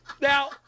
Now